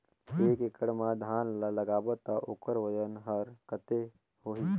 एक एकड़ मा धान ला लगाबो ता ओकर वजन हर कते होही?